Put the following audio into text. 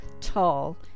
tall